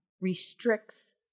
restricts